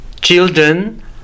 children